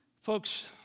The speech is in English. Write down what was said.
Folks